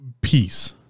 peace